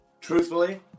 Truthfully